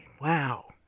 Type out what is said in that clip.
Wow